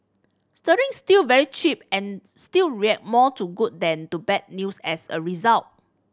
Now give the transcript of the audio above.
sterling's still very cheap and still react more to good than to bad news as a result